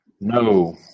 No